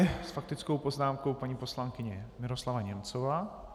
S faktickou poznámkou paní poslankyně Miroslava Němcová.